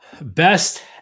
Best